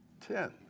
Ten